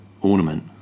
ornament